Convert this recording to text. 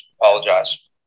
Apologize